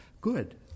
Good